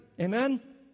Amen